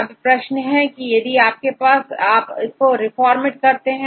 अब प्रश्न है कि क्या आप इसको रिफॉर्मेट कर सकते हैं